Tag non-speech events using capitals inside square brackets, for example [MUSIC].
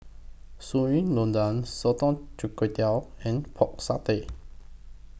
Sayur Lodeh Sotong Char Kway [UNINTELLIGIBLE] and Pork Satay